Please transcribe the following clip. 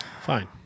Fine